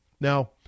Now